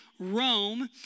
Rome